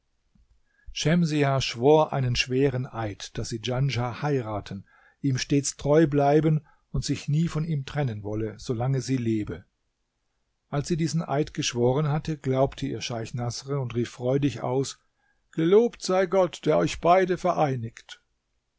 schemsiah schwor einen schweren eid daß sie djanschah heiraten ihm stets treu bleiben und sich nie von ihm trennen wolle solange sie lebe als sie diesen eid geschworen hatte glaubte ihr scheich naßr und rief freudig aus gelobt sei gott der euch beide vereinigt